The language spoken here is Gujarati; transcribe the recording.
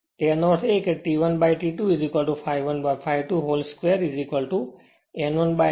તેનો અર્થ એ કે T1 by T2 ∅1 by ∅2whole square n1 by n2whole square